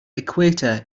equator